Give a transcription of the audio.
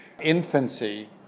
infancy